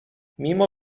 mimo